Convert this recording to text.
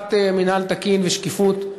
הבטחת מינהל תקין ושקיפות.